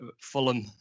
Fulham